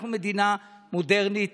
אנחנו מדינה מודרנית,